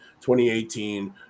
2018